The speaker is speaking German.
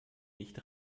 nicht